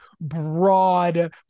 broad